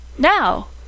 now